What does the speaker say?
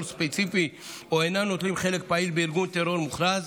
ספציפי או אינם נוטלים חלק פעיל בארגון טרור מוכרז.